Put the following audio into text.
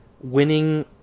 winning